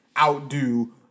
outdo